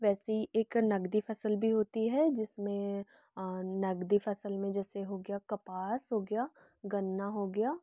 वैसी ही एक नगदी फसल भी होती है जिसमें नगदी फसल में जैसे हो गया कपास हो गया गन्ना हो गया